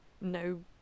no